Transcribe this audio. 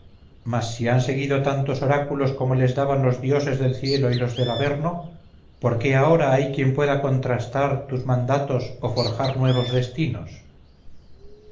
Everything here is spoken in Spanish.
han seguido tantos oráculos como les daban los dioses del cielo y los del averno por qué ahora hay quien pueda contrastar tus mandatos o forjar nuevos destino